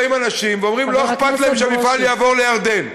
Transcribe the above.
באים אנשים ואומרים שלא אכפת להם שהמפעל יעבור לירדן.